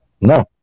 no